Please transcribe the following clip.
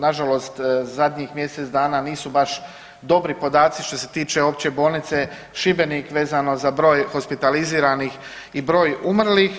Na žalost u zadnjih mjesec dana nisu baš dobri podaci što se tiče Opće bolnice Šibenik vezano za broj hospitaliziranih i broj umrlih.